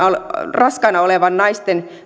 raskaana olevien naisten